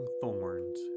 thorns